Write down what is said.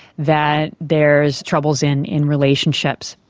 that there is troubles in in relationships.